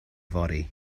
fory